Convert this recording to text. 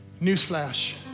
Newsflash